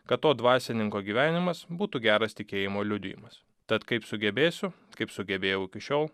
kad to dvasininko gyvenimas būtų geras tikėjimo liudijimas tad kaip sugebėsiu kaip sugebėjau iki šiol